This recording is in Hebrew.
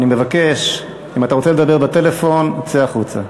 אני מבקש, אם אתה רוצה לדבר בטלפון צא החוצה.